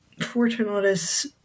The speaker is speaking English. Fortunatus